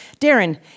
Darren